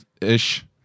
ish